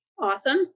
Awesome